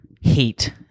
hate